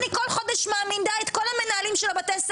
אני כל חודש מעמידה את כל המנהלים של הבתי-ספר